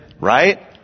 Right